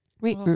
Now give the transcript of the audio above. Wait